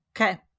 Okay